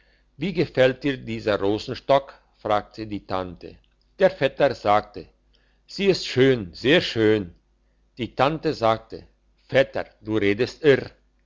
wie gefällt dir dieser rosenstock fragte die tante der vetter sagte sie ist schön sehr schön die tante sagte vetter du redest irr